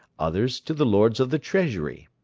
others to the lords of the treasury,